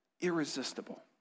irresistible